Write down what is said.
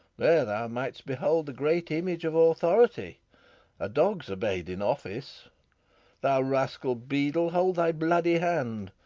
there thou mightst behold the great image of authority a dog's obeyed in office thou rascal beadle, hold thy bloody hand!